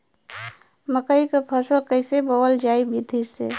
मकई क फसल कईसे बोवल जाई विधि से?